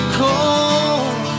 cold